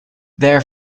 their